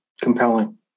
compelling